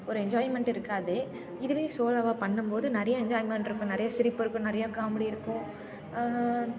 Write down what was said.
ஒரு என்ஜாய்மெண்ட் இருக்காது இதுவே சோலோவாக பண்ணும்போது நிறைய என்ஜாய்மெண்ட் இருக்கும் நிறைய சிரிப்பு இருக்கும் நிறையா காமெடி இருக்கும்